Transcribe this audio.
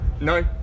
No